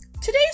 Today's